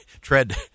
tread